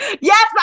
Yes